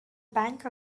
bank